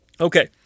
Okay